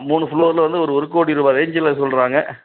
மூணு ஃப்ளோரில் வந்து ஒரு ஒரு கோடி ரூபா ரேஞ்சில் சொல்கிறாங்க